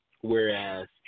Whereas